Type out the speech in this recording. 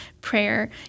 prayer